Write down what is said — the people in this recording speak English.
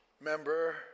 member